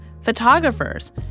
photographers